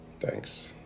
Thanks